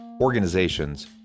organizations